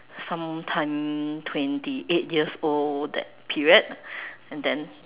sometime twenty eight years old that period and then